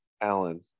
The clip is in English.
alan